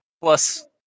Plus